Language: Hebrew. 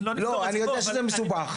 אני יודע שזה מסובך,